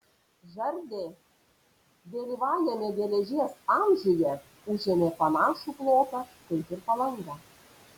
žardė vėlyvajame geležies amžiuje užėmė panašų plotą kaip ir palanga